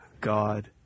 God